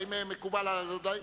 האם מקובל על אדוני?